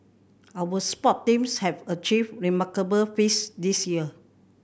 our sport teams have achieved remarkable feats this year